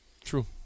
True